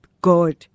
God